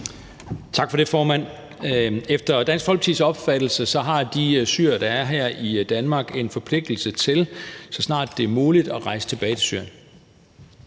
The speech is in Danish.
Tak for det, formand. Efter Dansk Folkepartis opfattelse har de syrere, der er her i Danmark, en forpligtelse til, så snart det er muligt, at rejse tilbage til Syrien.